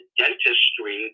dentistry